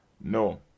No